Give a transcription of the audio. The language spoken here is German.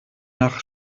nach